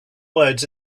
words